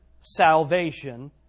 salvation